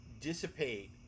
dissipate